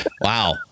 Wow